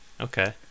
Okay